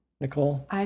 Nicole